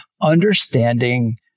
understanding